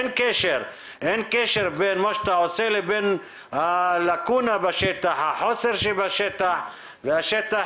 אין קשר בין מה שאתה עושה לבין הלאקונה שבשטח והחוסר שבשטח והשטח,